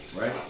Right